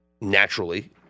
naturally